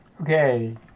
Okay